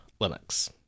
Linux